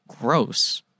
gross